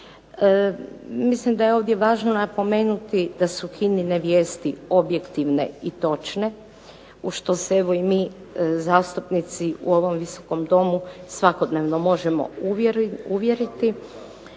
Mislim da je ovdje važno napomenuti da su HINA-ine vijesti objektivne i točne u što se evo i mi zastupnici u ovom visokom Domu svakodnevno možemo uvjeriti,